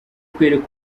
kwereka